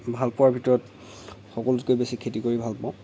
ভালপোৱাৰ ভিতৰত সকলোতকৈ বেছি খেতি কৰি ভাল পাওঁ